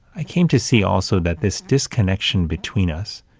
i came to see also that this disconnection between us,